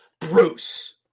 Bruce